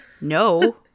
no